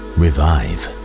revive